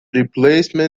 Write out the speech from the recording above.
replaces